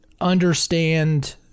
understand